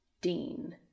Dean